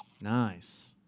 Nice